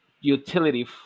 utility